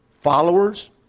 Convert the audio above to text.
followers